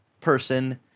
person